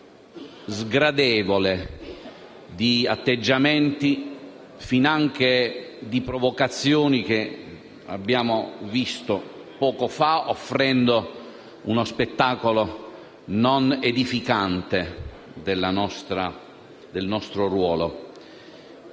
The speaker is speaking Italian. sgradevole di atteggiamenti e finanche da provocazioni che, come abbiamo visto poco fa, offrono uno spettacolo non edificante del nostro ruolo.